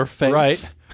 Right